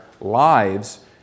lives